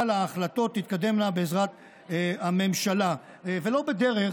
אבל ההחלטות תתקדמנה בעזרת הממשלה, ולא בדרך